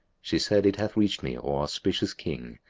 she said, it hath reached me, o auspicious king,